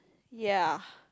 ya